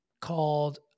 called